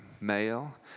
male